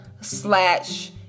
slash